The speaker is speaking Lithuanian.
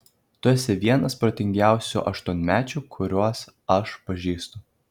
tu esi vienas protingiausių aštuonmečių kuriuos aš pažįstu